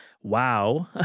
wow